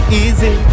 easy